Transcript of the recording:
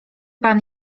pan